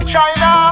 China